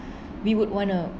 we would want to